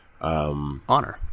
Honor